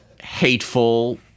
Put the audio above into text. hateful